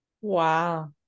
Wow